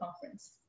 conference